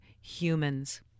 humans